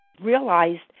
realized